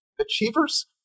Achievers